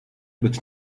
być